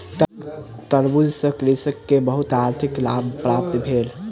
तरबूज सॅ कृषक के बहुत आर्थिक लाभ प्राप्त भेल